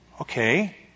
Okay